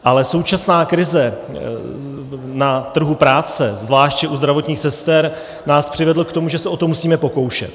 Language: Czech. Ale současná krize na trhu práce, zvláště u zdravotních sester, nás přivedla k tomu, že se o to musíme pokoušet.